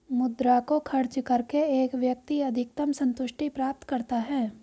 मुद्रा को खर्च करके एक व्यक्ति अधिकतम सन्तुष्टि प्राप्त करता है